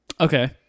Okay